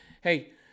hey